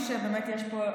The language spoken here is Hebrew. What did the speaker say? או שיש פה,